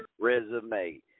resume